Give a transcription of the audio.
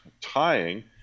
tying